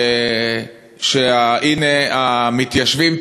הנה המתיישבים,